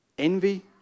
envy